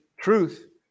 truth